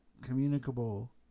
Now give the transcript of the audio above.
communicable